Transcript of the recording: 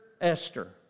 Esther